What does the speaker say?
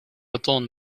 beton